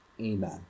Amen